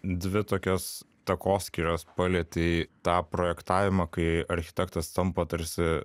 dvi tokias takoskyras palietei tą projektavimą kai architektas tampa tarsi